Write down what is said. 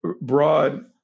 broad